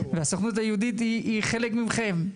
והסוכנות היהודית היא חלק ממכם.